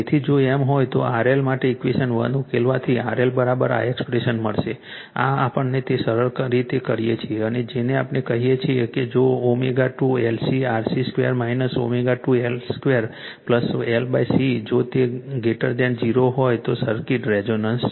તેથી જો એમ હોય તો RL માટે ઇક્વેશન 1 ઉકેલવાથી RL આ એક્સપ્રેશન મળશે આ આપણે તેને સરળ રીતે કરીએ છીએ અને જેને આપણે કહીએ છીએ કે જો ω2 LC RC 2 ω2 L 2 LC જો તે 0 હોય તો સર્કિટ રેઝોનન્સ છે